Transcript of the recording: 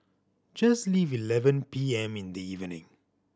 just leave eleven P M in the evening